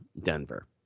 Denver